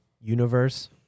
universe